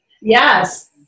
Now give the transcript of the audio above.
Yes